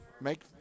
Make